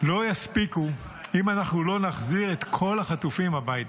לא יספיקו אם אנחנו לא נחזיר את כל החטופים הביתה.